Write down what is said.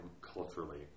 culturally